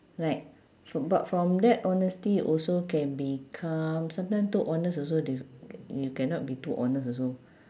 right fr~ but from that honesty also can become sometime too honest also they you cannot be too honest also